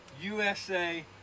USA